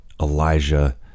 Elijah